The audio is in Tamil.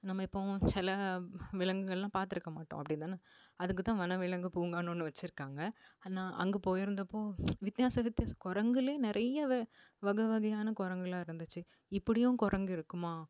நம்ம எப்பவும் சில விலங்குகள்லாம் பார்த்துருக்க மாட்டோம் அப்படி தானே அதுக்கு தான் வனவிலங்கு பூங்கானு ஒன்று வச்சிருக்காங்கள் நான் அங்கே போயிருந்தப்போ வித்தியாச வித்தியாச குரங்குலே நிறைய வ வக வகையான குரங்கெல்லாம் இருந்துச்சு இப்படியும் குரங்கு இருக்குமா